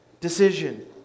decision